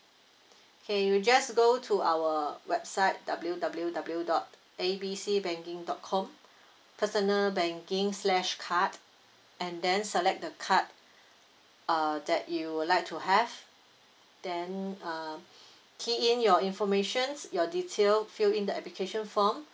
okay you just go to our website W_W_W dot A B C banking dot com personal banking slash card and then select the card uh that you would like to have then uh key in your informations your details fill in the application form